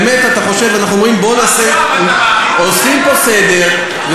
באמת, עושים פה סדר, אתה מאמין בזה?